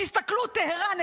תסתכלו: טהראן,